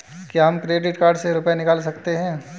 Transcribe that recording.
क्या हम credit card से रुपये निकाल सकते हैं?